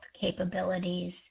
capabilities